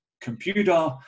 computer